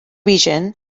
region